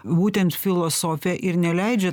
būtent filosofija ir neleidžia